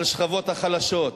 על השכבות החלשות.